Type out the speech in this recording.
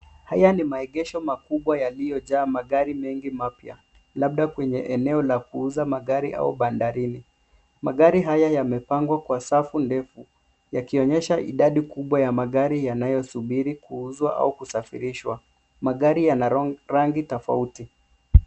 Haya ni maegesho makubwa yaliyojaa magari mengi mapya labda kwenye eneo la kuuza magari au bandarini. Magari haya yamepangwa kwa safu ndefu yakionyesha idadi kubwa ya magari yanayosubiri kuuzwa au kusafirishwa. Magari yana rangi tofauti.